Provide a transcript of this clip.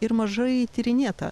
ir mažai tyrinėtą